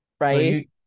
right